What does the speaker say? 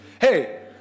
hey